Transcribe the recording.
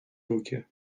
руки